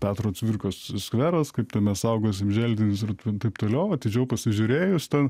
petro cvirkos skveras kaip ten mes saugosim želdinius ir taip toliau atidžiau pasižiūrėjus ten